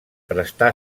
prestà